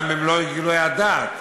גם במלוא גילוי הדעת: